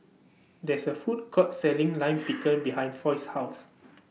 There IS A Food Court Selling Lime Pickle behind Foy's House